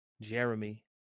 Jeremy